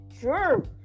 sure